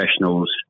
professionals